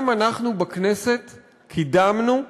גם אנחנו בכנסת קידמנו,